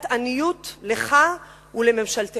תעודת עניות לך ולממשלתך.